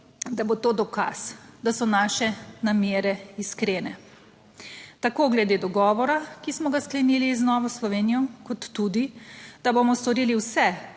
da bo to dokaz, da so naše namere iskrene, tako glede dogovora, ki smo ga sklenili z Novo Slovenijo, kot tudi, da bomo storili vse,